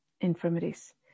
infirmities